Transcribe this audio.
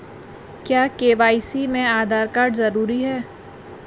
क्या के.वाई.सी में आधार कार्ड जरूरी है?